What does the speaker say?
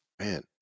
Man